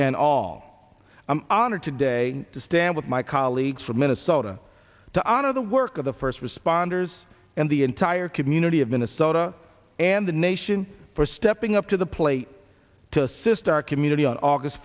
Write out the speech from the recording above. and all i'm honored today to stand with my colleagues from minnesota to honor the work of the first responders and the entire community of minnesota and the nation for stepping up to the plate to assist our community on august